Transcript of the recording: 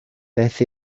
beth